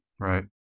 Right